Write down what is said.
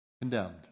condemned